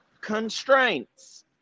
constraints